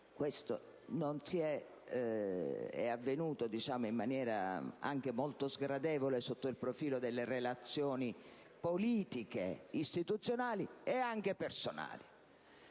ciò è avvenuto in modo molto sgradevole sotto il profilo delle relazioni politiche, istituzionali e anche personali.